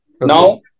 Now